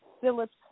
Phillips